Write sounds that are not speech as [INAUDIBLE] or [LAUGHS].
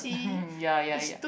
[LAUGHS] ya ya ya